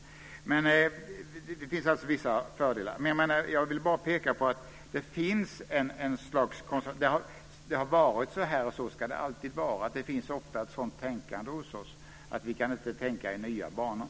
Det finns alltså vissa fördelar. Det finns ett slags konservatism. Det har varit så här, och så ska det alltid vara. Det finns ofta ett sådant tänkande hos oss. Vi kan inte tänka i nya banor.